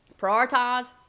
prioritize